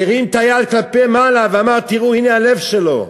והרים את היד כלפי מעלה, ואמר: תראו, הנה הלב שלו.